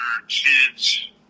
Kids